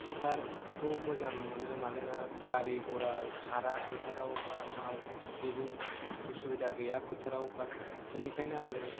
फोथारखौ मोजां मोनो मानोना गारि घरा खारा फोथाराव बा जेबो उसुबिदा गैया फोथारावबा बिनिखायनो आङो